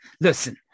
Listen